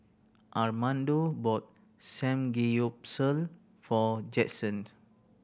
Armando bought Samgeyopsal for Jaxson